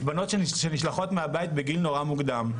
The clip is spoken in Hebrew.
בנות שנשלחות מהבית בגיל נורא מוקדם.